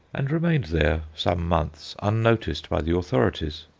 and remained there some months unnoticed by the authorities.